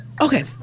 Okay